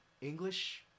English